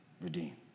redeem